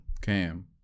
Cam